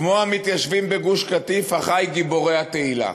כמו המתיישבים בגוש-קטיף, אחי גיבורי התהילה.